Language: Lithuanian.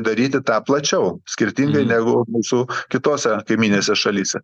daryti tą plačiau skirtingai negu mūsų kitose kaimyninėse šalyse